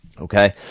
okay